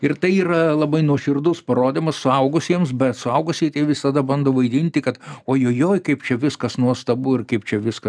ir tai yra labai nuoširdus parodymas suaugusiems bet suaugusieji tai visada bando vaidinti kad ojojoi kaip čia viskas nuostabu ir kaip čia viska